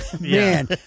Man